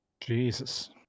jesus